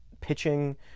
pitching